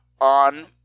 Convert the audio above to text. on